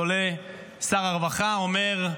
עולה שר הרווחה ואומר: